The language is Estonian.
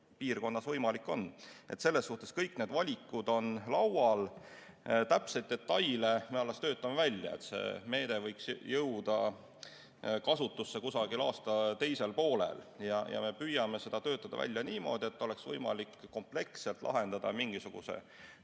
piirkonnas võimalik on. Selles suhtes kõik need valikud on laual. Täpseid detaile me alles töötame välja. See meede võiks jõuda kasutusse kusagil aasta teisel poolel ja me püüame selle töötada välja niimoodi, et oleks võimalik kompleksselt lahendada mingisuguse